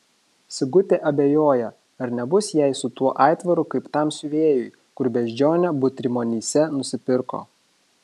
sigutė abejoja ar nebus jai su tuo aitvaru kaip tam siuvėjui kur beždžionę butrimonyse nusipirko